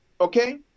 Okay